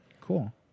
cool